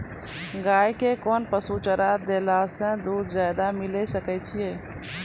गाय के कोंन पसुचारा देला से दूध ज्यादा लिये सकय छियै?